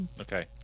Okay